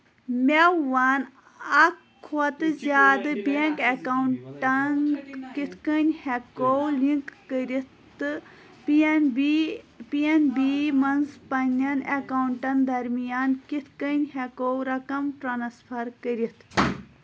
مےٚ ووٚن اَکھ کھۄتہٕ زِیٛادٕ بینک اکاونٹن کِتھ کٔنۍ ہٮ۪کو لنک کٔرِتھ تہٕ P N B P N B منٛز پننٮ۪ن اکاونٹَن درمیان کِتھ کٔنۍ ہٮ۪کو رَقم ٹرانسفر کٔرِتھ